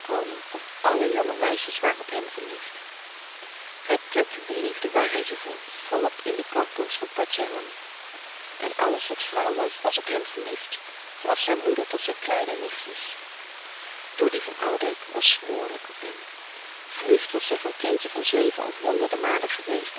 of alle jonge meisjes waren op hem verliefd hij plukte de liefde waar hij ze vond volop in de kampongs van patjaram en alles wat vrouw was was op hem verliefd van af zijn moeder tot zijn kleine nichtjes doddy van oudijck was smoorlijk op hem verliefd was zij van kindje van zeven al honderde malen geweest